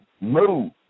move